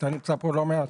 אתה נמצא פה לא מעט.